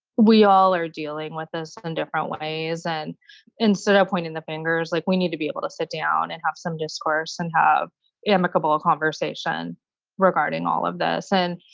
we all are dealing with this in different ways. and instead of pointing the fingers, like, we need to be able to sit down, and have some discourse, and have amicable conversation regarding all of this. and,